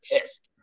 pissed